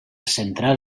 centrar